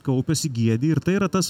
kaupiasi giedi ir tai yra tas